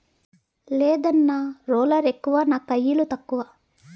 లేదన్నా, రోలర్ ఎక్కువ నా కయిలు తక్కువ